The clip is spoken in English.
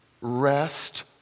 rest